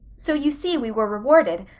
so you see we were rewarded.